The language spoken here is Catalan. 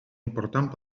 important